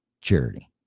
charity